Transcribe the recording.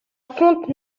font